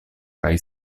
kaj